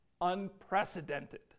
unprecedented